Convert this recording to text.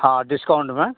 हाँ डिस्काउंट में